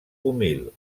humil